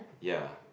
ya